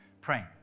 praying